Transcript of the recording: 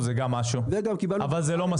זה גם משהו אבל זה לא מספיק.